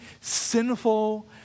sinful